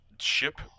ship